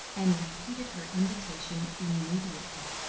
and repeated her invitation immediately.